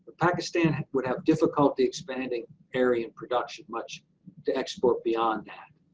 pakistan would have difficulty expanding area in production much to export beyond that.